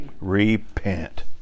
Repent